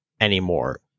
anymore